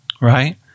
right